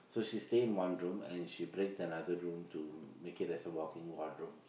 so she stay in one room and she break another room to make as a walk in wardrobes